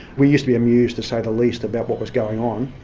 we used to be amused, to say the least, about what was going on.